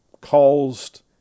caused